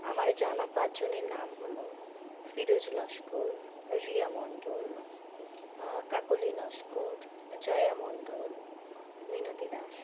আমার জানা পাঁচ জনের নাম হল ফিরোজ লস্কর রিয়া মণ্ডল কাকলি নস্কর জয়া মণ্ডল মিনতি দাস